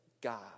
God